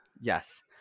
Yes